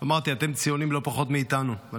ואמרתי: אתם ציונים לא פחות מאיתנו.